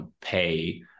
pay